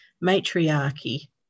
matriarchy